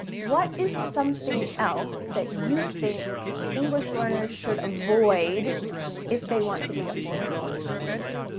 what is something else that you think english learners should avoid if they want to be a fluent english speaker?